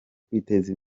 kwiteza